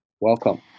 welcome